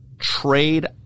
Trade